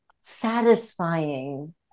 satisfying